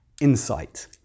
insight